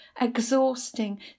exhausting